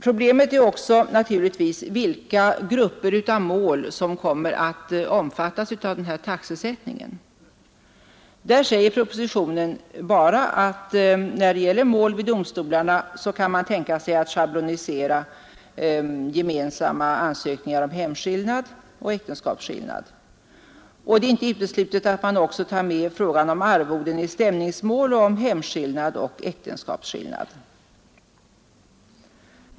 Problemet är naturligtvis också vilka grupper av mål som kommer att omfattas av den här taxesättningen. I propositionen sägs bara att när det gäller mål vid domstolarna kan man tänka sig att schablonisera gemensamma ansökningar om hemskillnad och äktenskapsskillnad och att det inte är uteslutet att man också tar med frågan om arvodena i stämningsmål om hemskillnad och äktenskapsskillnad.